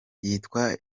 yitwa